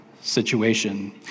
situation